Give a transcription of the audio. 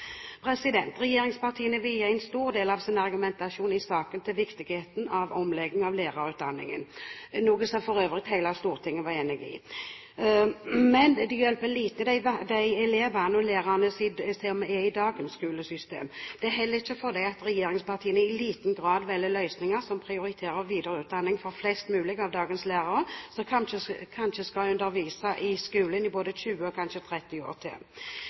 Regjeringspartiene vier en stor del av sin argumentasjon i saken til viktigheten av omlegging av lærerutdanningen – for øvrig noe hele Stortinget var enig i. Men det hjelper lite for de elevene og lærerne som er i dagens skolesystem. Det holder ikke for dem at regjeringspartiene i liten grad velger løsninger som prioriterer videreutdanning for flest mulig av dagens lærere, som kanskje skal undervise i skolen i både 20 og 30 år til.